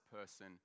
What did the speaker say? person